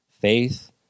faith